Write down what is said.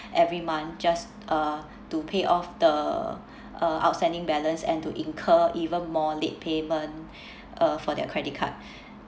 every month just uh to pay off the uh outstanding balance and to incur even more late payment uh for their credit card